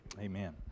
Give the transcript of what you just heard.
Amen